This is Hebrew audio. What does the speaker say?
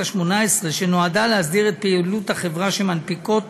השמונה-עשרה ונועדה להסדיר את פעילות החברות שמנפיקות